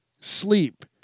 sleep